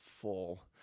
full